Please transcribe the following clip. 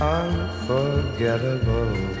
unforgettable